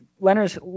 Leonard's